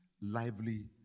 lively